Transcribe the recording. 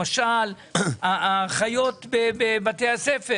למשל האחיות בבתי הספר